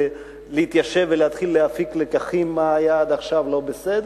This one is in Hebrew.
להתיישב ולהתחיל להפיק לקחים מה עד עכשיו היה לא בסדר,